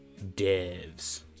Devs